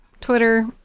Twitter